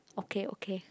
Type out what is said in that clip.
okay okay